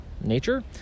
nature